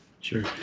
Sure